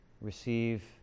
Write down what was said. receive